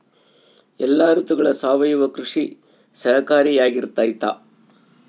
ಎಲ್ಲ ಋತುಗಳಗ ಸಾವಯವ ಕೃಷಿ ಸಹಕಾರಿಯಾಗಿರ್ತೈತಾ?